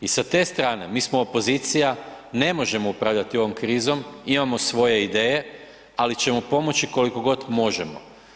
I sa te strane mi smo opozicija, ne možemo upravljati ovom krizom, imamo svoje ideje ali ćemo pomoći koliko god možemo.